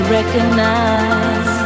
recognize